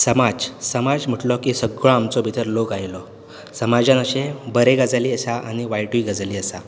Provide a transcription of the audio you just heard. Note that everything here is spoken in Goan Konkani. समाज समाज म्हटलो की सगळो आमचो भितर लोक आयलो समाजांत अशे बरे गजाली आसा आनी वायटूय गजाली आसा